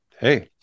Hey